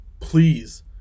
Please